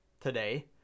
today